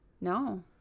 No